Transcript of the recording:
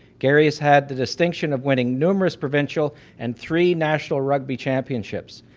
gary has had the distinction of winning numerous provincial and three national rugby championships.